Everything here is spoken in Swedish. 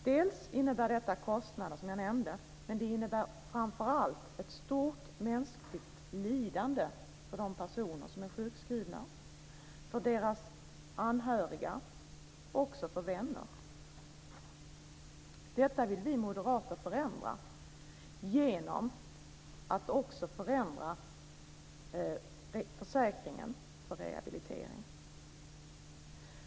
Dels innebär detta kostnader, som jag nämnde, dels - och framför allt - innebär det ett stort mänskligt lidande för de personer som är sjukskrivna, för deras anhöriga och också för deras vänner. Detta vill vi moderater förändra genom att förändra försäkringen för rehabilitering.